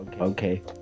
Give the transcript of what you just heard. Okay